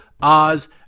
Oz